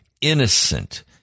innocent